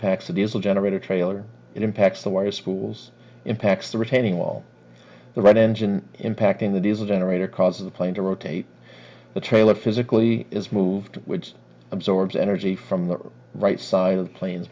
impacts a diesel generator trailer it impacts the way spools impacts the retaining wall the right engine impacting the diesel generator causes the plane to rotate the trailer physically is moved which absorbs energy from the right side of the plane